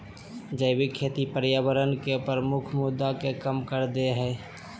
जैविक खेती पर्यावरण के प्रमुख मुद्दा के कम कर देय हइ